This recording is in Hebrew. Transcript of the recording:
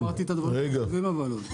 לא אמרתי את הדברים החשובים אבל.